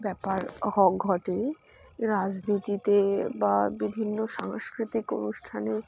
ব্যাপার হ ঘটে রাজনীতিতে বা বিভিন্ন সাংস্কৃতিক অনুষ্ঠানে